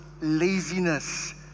laziness